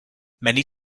many